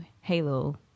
Halo